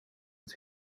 het